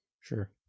Sure